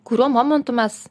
kuriuo momentu mes